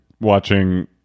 watching